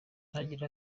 agira